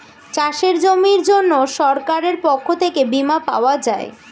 চাষের জমির জন্য সরকারের পক্ষ থেকে বীমা পাওয়া যায়